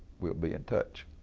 we'll be in touch.